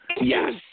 Yes